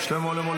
יש לו יום הולדת.